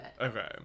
okay